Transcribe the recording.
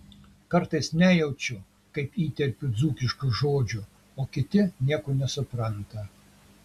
kartais nejaučiu kaip įterpiu dzūkiškų žodžių o kiti nieko nesupranta